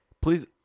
Please